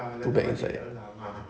put back inside